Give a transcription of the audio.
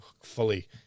fully